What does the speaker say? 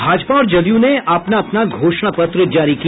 भाजपा और जदयू ने अपना अपना घोषणा पत्र जारी किया